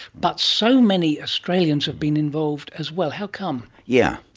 but so many australians have been involved as well. how come? yeah